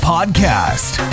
Podcast